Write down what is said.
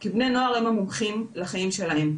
כי בני נוער הם המומחים לחיים שלהם,